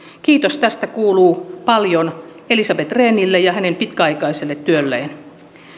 kiitos tästä kuuluu paljon elisabeth rehnille ja hänen pitkäaikaiselle työlleen